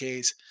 Ks